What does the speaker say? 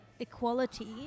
equality